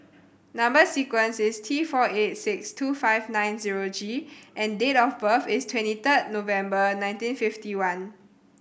number sequence is T four eight six two five nine zero G and date of birth is twenty third November nineteen fifty one